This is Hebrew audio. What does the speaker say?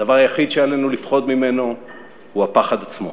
הדבר היחיד שעלינו לפחוד ממנו הוא הפחד עצמו.